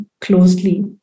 closely